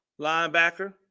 linebacker